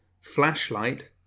flashlight